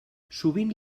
sovint